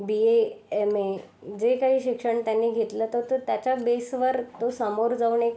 B A M A जे काही शिक्षण त्यांनी घेतलं तर तो त्याच्या बेसवर तो समोर जाऊन एक